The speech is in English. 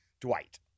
Dwight